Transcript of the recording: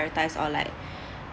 prioritise or like